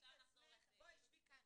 ואנחנו מובילות ביחד את התוכנית